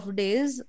days